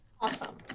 Awesome